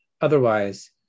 Otherwise